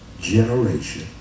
generation